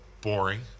boring